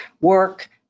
work